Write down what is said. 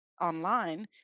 online